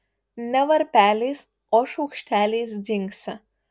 ne varpeliais o šaukšteliais dzingsi